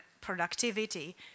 productivity